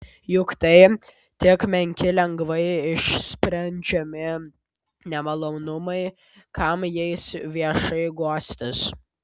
juk tai tik menki lengvai išsprendžiami nemalonumai kam jais viešai guostis